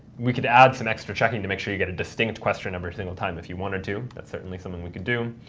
we could add some extra checking to make sure you get a distinct question every single time if you wanted to. that's certainly something we could do.